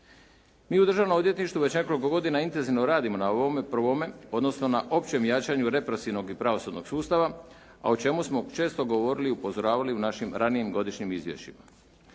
Mi u državnom odvjetništvu već nekoliko godina intenzivno radimo na ovom prvome odnosno na općem jačanju represivnog i pravosudnog sustava a o čemu smo često govorili i upozoravali u našim ranijim godišnjim izvješćima.